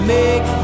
make